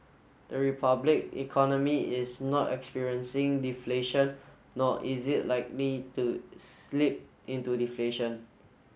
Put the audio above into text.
the republic economy is not experiencing deflation nor is it likely to slip into deflation